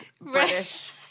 British